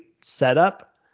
setup